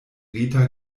rita